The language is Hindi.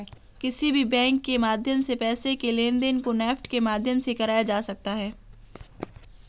किसी भी बैंक के माध्यम से पैसे के लेनदेन को नेफ्ट के माध्यम से कराया जा सकता है